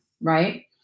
right